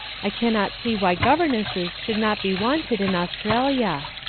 i cannot see why governesses should not be wanted in australia.